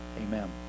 Amen